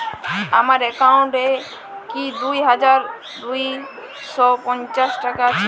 আমার অ্যাকাউন্ট এ কি দুই হাজার দুই শ পঞ্চাশ টাকা আছে?